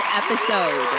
episode